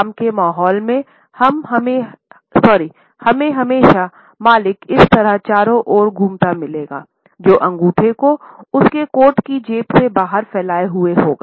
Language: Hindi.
काम के माहौल में हमे हमेशा मालिक इस तरह चारों ओर घूमता मिलेगा जो अंगूठे को उसके कोट की जेब से बाहर फैलाए हुए होगा